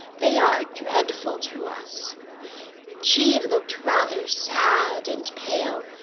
they are dreadful to us she looked rather sad and pale,